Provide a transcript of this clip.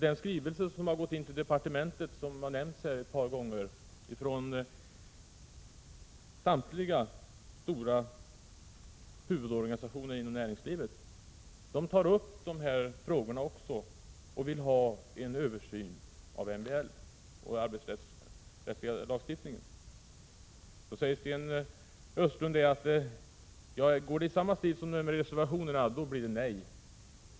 Den skrivelse som har gått in till departementet från samtliga stora huvudorganisationer inom näringslivet — den har nämnts här ett par gånger — tar också upp de här frågorna. Dessa organisationer vill ha en översyn av MBL och den arbetsrättsliga lagstiftningen. Då säger Sten Östlund att om denna begäran går i samma stil som reservationerna blir det nej.